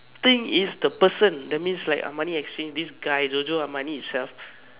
thing is the person that means like Armani-Exchange this guy Giorgio Armani itself